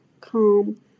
calm